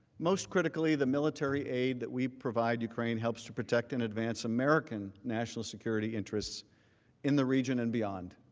most critically, the military aid that we provide yeah i mean helps to protect and advance american national security interest in the region and beyond.